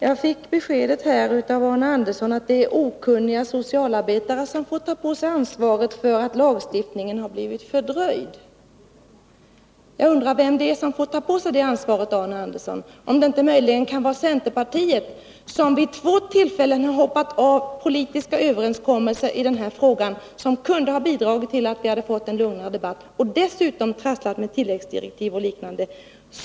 Jag fick här beskedet av Arne Andersson att det är okunniga socialarbetare som får ta på sig ansvaret för att lagstiftningen har blivit fördröjd. Jag undrar vem som får ta på sig det ansvaret, Arne Andersson. Det kan möjligen vara centerpartiet, som i den här frågan vid två tillfällen har hoppat av politiska överenskommelser, som kunde ha bidragit till att vi fått en lugnare debatt, och dessutom har trasslat med tilläggsdirektiv och liknande.